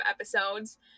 episodes